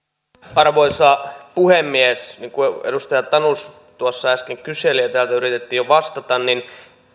arvoisa puhemies kun edustaja tanus tuossa äsken kyseli ja täältä yritettiin jo vastata niin